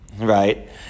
right